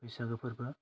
बैसागो फोरबो